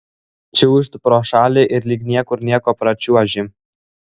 čiūžt pro šalį ir lyg niekur nieko pračiuoži